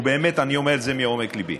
ובאמת אני אומר את זה מעומק ליבי: